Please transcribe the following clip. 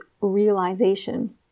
realization